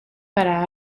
para